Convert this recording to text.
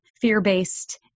fear-based